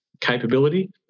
capability